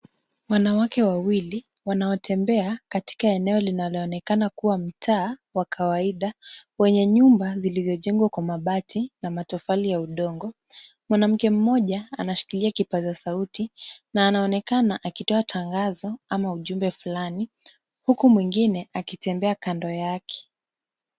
Wanawake wawili wanaotembea katika eneo linaloonekana mtaa wa kawaida wenye nyumba zilizojengwa kwa mabati na matofali ya udongo. Mwanamke mmoja anashikilia kipaza sauti na anaonekana akitoa tangazo ama ujumbe fulani, huku mwingine akitembea kando yake.